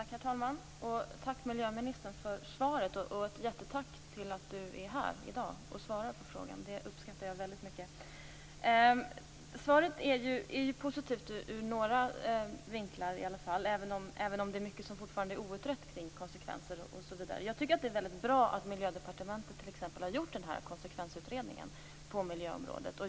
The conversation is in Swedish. Herr talman! Tack för svaret, miljöministern! Miljöministern skall ha ett stort tack för att hon är här i dag och svarar på de här interpellationerna. Det uppskattar jag mycket. Svaret är positivt ur några vinklar, även om det är mycket som fortfarande är outrett kring konsekvenser osv. Det är väldigt bra att Miljödepartementet har gjort den här konsekvensutredningen på miljöområdet.